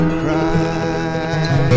cry